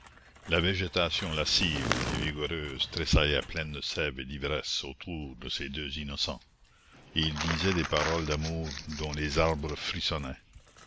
la végétation lascive et vigoureuse tressaillait pleine de sève et d'ivresse autour de ces deux innocents et ils disaient des paroles d'amour dont les arbres